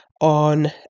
on